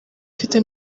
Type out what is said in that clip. mfite